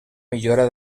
millora